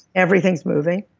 everything's moving.